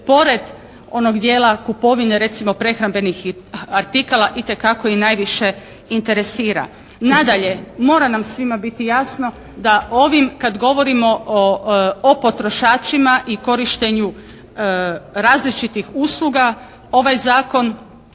pored onog dijela kupovine recimo prehrambenih artikala itekako i najviše interesira. Nadalje, mora nam svima biti jasno da ovim kad govorimo o potrošačima i korištenju različitih usluga ovaj zakon